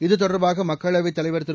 இத்தொடர்பாக மக்களவைத் தலைவர் திரு